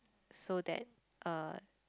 so that uh